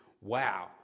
Wow